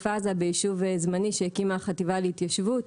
עזה ביישוב זמני שהקימה החטיבה להתיישבות,